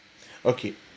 okay